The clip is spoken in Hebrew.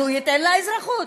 הוא ייתן לה אזרחות,